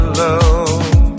love